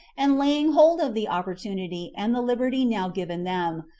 and laying hold of the opportunity and the liberty now given them,